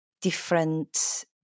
different